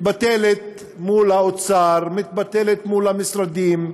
מתבטלת מול האוצר, מתבטלת מול המשרדים,